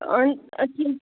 أں أکِم